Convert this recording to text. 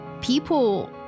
people